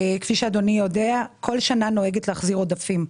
כפי שאדוני יודע, כל שנה נוהגת להחזיר עודפים.